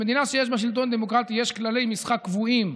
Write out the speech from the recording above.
במדינה שיש בה שלטון דמוקרטי יש כללי משחק קבועים,